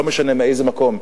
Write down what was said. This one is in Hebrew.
ולא משנה מאיזה מקום.